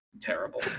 Terrible